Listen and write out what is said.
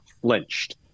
flinched